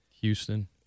Houston